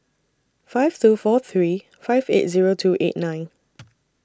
five two four three five eight Zero two eight nine